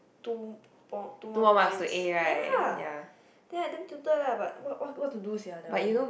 two more two more points ya then I damn tilted lah but what what what to do sia that one